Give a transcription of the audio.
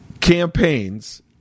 campaigns